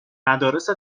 مدارس